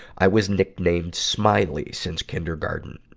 i was nicknamed smiley since kindergarten.